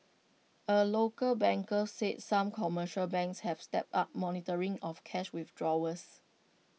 A local banker said some commercial banks have stepped up monitoring of cash withdrawals